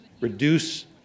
reduce